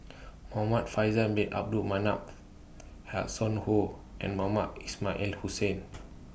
Muhamad Faisal Bin Abdul Manap Hanson Ho and Mohamed Ismail Hussain